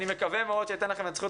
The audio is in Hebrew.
אני מקווה מאוד שאני אתן לכם את זכות